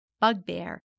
bugbear